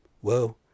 Whoa